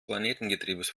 planetengetriebes